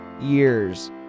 years